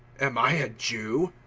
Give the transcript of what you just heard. am i a jew?